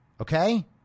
Okay